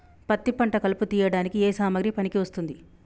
పత్తి పంట కలుపు తీయడానికి ఏ సామాగ్రి పనికి వస్తుంది?